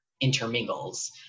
intermingles